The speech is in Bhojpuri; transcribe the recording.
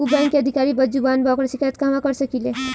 उ बैंक के अधिकारी बद्जुबान बा ओकर शिकायत कहवाँ कर सकी ले